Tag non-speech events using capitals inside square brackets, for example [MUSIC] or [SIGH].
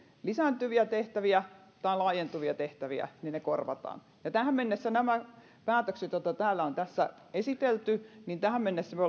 lisääntyviä tehtäviä tai laajentuvia tehtäviä niin ne korvataan ja tähän mennessä niiden päätösten kaikkien niiden lakiesitysten osalta joita täällä on esitelty me [UNINTELLIGIBLE]